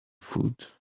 food